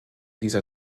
dieser